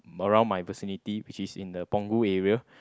around my vicinity which is in the Punggol area